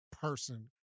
person